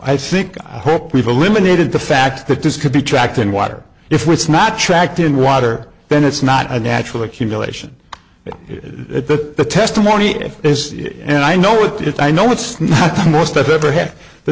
i think i hope we've eliminated the fact that this could be tracked in water if it's not tracked in water then it's not a natural accumulation at the testimony if it is and i know with it i know it's not the most i've ever had the